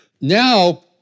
Now